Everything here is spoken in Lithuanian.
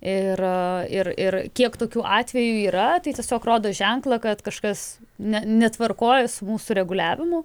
ir ir ir kiek tokių atvejų yra tai tiesiog rodo ženklą kad kažkas netvarkoj su mūsų reguliavimu